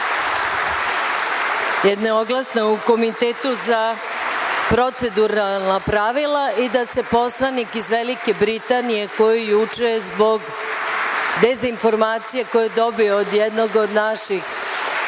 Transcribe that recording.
jednoglasno u Komitetu za proceduralna pravila, i da se poslanik iz Velike Britanije, koji je juče zbog dezinformacije koju je dobio od jednog od naših,